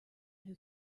who